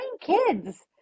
kids